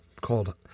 called